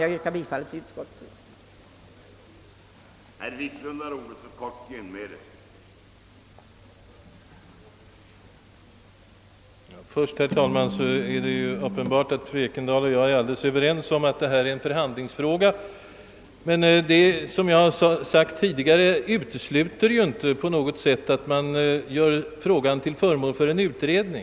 Jag yrkar bifall till utskottets hemställan.